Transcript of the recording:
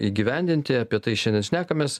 įgyvendinti apie tai šiandien šnekamės